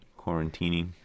Quarantining